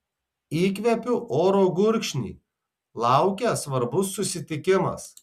įkvėpiu oro gurkšnį laukia svarbus susitikimas